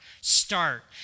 start